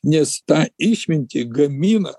nes tą išmintį gamina